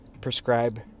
prescribe